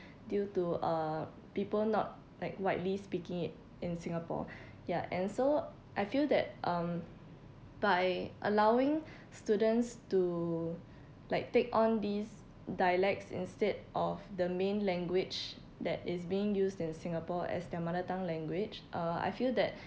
due to uh people not like widely speaking it in singapore ya and so I feel that um by allowing students to like take on these dialects instead of the main language that is being used in singapore as their mother tongue language uh I feel that